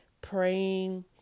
praying